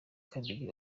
kabiri